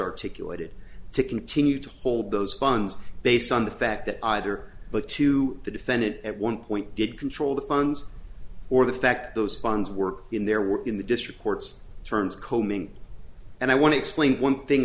articulated to continue to hold those funds based on the fact that either but to the defendant at one point did control the funds or the fact those bonds were in there were in the district court's terms combing and i want to explain one thing